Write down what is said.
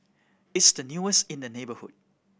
it's the newest in the neighbourhood